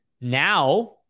now